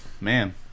Man